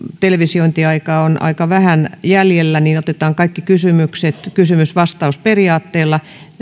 televisiointiaikaa on aika vähän jäljellä että otetaan kaikki kysymykset kysymys vastaus periaatteella